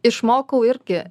išmokau irgi